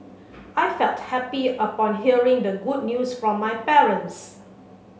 I felt happy upon hearing the good news from my parents